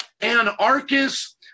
anarchist